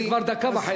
וזה כבר דקה וחצי.